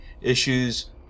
issues